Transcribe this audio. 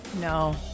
No